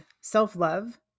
self-love